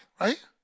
right